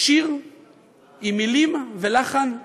שיר עם מילים ולחן עממי: